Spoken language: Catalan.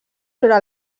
sobre